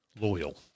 loyal